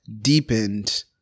deepened